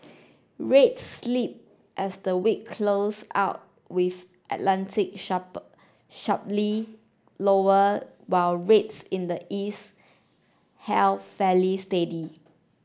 rates slip as the week close out with Atlantic sharp sharply lower while rates in the east held fairly steady